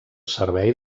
servei